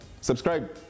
Subscribe